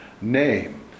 name